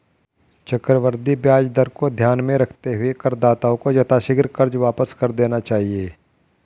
चक्रवृद्धि ब्याज दर को ध्यान में रखते हुए करदाताओं को यथाशीघ्र कर्ज वापस कर देना चाहिए